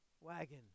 Wagon